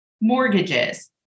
mortgages